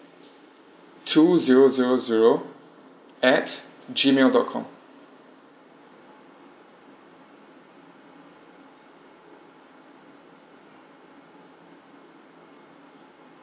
two zero zero zero at G mail dot com